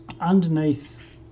underneath